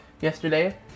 yesterday